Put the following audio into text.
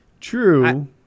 True